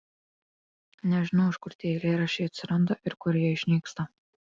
nežinau iš kur tie eilėraščiai atsiranda ir kur jie išnyksta